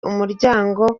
umuryango